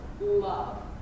love